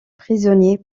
prisonnier